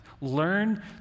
Learn